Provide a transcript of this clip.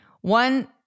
one